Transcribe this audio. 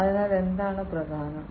അതിനാൽ എന്താണ് പ്രധാനം